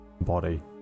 body